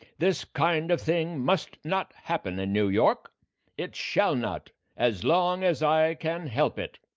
this kind of thing must not happen in new york it shall not, as long as i can help it,